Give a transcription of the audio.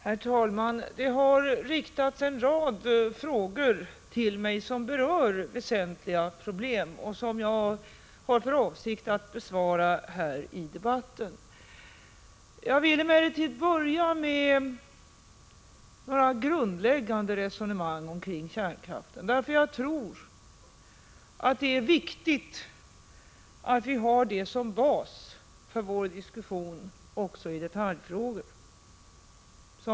Herr talman! Det har riktats en rad frågor till mig som berör väsentliga 12 maj 1986 problem och som jag har för avsikt att besvara i debatten. Jag vill emellertid börja med några grundläggande resonemang omkring kärnkraften. Jag tror nämligen att det är viktigt att vi har dem som bas för vår diskussion också i detaljfrågorna.